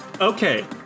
Okay